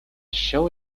show